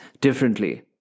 differently